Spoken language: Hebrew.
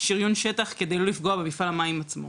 שריון שטח כדי לא לפגוע במפעל המים עצמו.